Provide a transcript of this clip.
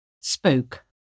spoke